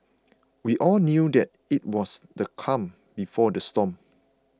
we all knew that it was the calm before the storm